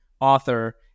author